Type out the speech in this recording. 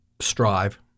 strive